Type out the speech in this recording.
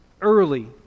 early